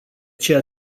ceea